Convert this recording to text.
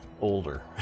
older